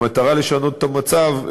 במטרה לשנות את המצב,